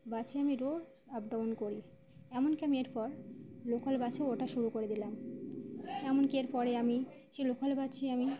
বাসে আমি রোজ আপ ডাউন করি এমনকি আমি এরপর লোকাল বাসে ওঠা শুরু করে দিলাম এমনকি এর পরে আমি সেই লোকাল বাসেই আমি